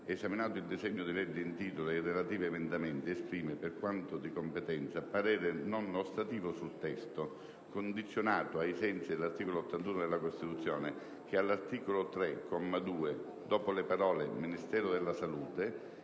esaminato il disegno di legge in titolo e i relativi emendamenti, esprime, per quanto di competenza, parere non ostativo sul testo, condizionato, ai sensi dell'articolo 81 della Costituzione, che all'articolo 3, comma 2, dopo le parole: "Ministero della salute,"